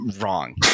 Wrong